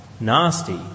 nasty